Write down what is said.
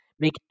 Make